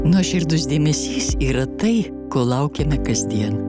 nuoširdus dėmesys yra tai ko laukiame kasdien